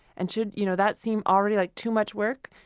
and should you know that seem already like too much work,